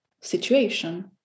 situation